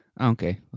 okay